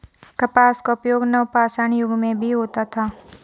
कपास का उपयोग नवपाषाण युग में भी होता था